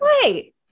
play